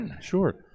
Sure